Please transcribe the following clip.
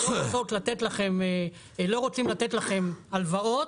לא רוצים לתת לכם הלוואות,